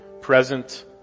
present